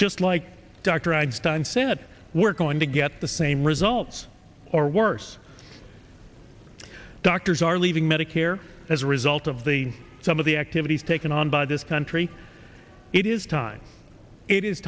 just like dr einstein said we're going to get the same results or worse doctors are leaving medicare as a result of the some of the activities taken on by this country it is time it is